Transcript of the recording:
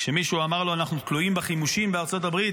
כשמישהו אמר לו: אנחנו תלויים בחימושים בארצות הברית,